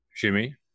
Jimmy